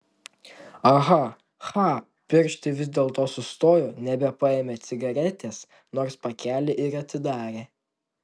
aha cha pirštai vis dėlto sustojo nebepaėmę cigaretės nors pakelį ir atidarė